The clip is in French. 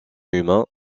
humains